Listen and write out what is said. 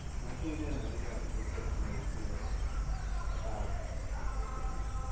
when i came in, i did have the good fortune noted here about the future,